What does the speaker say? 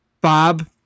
Bob